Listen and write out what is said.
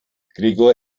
gregor